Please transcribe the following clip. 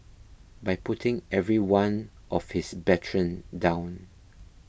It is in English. by putting every one of his brethren down